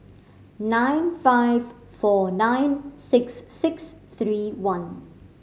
nine five four nine six six three one